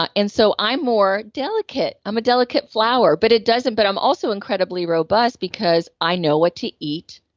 ah and so i'm more delicate. i'm a delicate flower, but it doesn't. but, i'm also incredibly robust because i know what to eat,